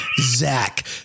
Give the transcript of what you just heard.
Zach